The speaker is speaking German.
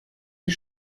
die